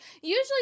usually